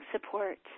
support